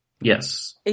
Yes